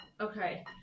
okay